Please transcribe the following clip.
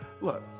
look